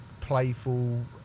playful